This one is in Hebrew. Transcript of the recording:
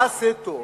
ומה ה"עשה טוב"?